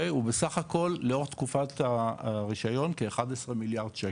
ובסך הכל לאור תקופת הרישיון כ- 11 מיליארד שקל.